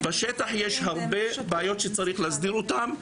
בשטח יש הרבה בעיות שצריך להסדיר אותן,